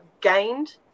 gained